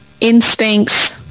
instincts